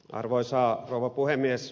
arvoisa rouva puhemies